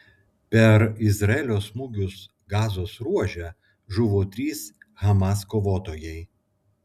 per izraelio smūgius gazos ruože žuvo trys hamas kovotojai